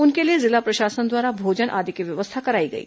उनके लिए जिला प्रशासन द्वारा भोजन आदि की व्यवस्था कराई गई